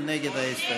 מי נגד ההסתייגות?